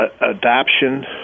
adoption